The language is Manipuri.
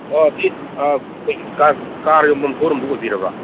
ꯑꯣ ꯁꯤ ꯑꯩꯈꯣꯏꯒꯤ ꯀꯥꯔ ꯌꯣꯟꯐꯝ ꯁꯣ ꯔꯨꯝꯗꯣ ꯑꯣꯏꯕꯤꯔꯕ꯭ꯔ